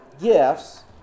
gifts